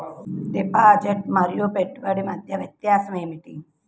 Deposit మరియు పెట్టుబడి మధ్య వ్యత్యాసం ఏమిటీ?